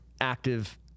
active